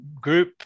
group